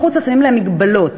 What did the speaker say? שמים להם מגבלות.